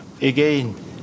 again